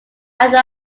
after